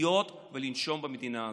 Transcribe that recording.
לחיות ולנשום במדינה הזאת.